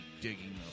digging